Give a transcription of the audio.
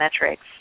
metrics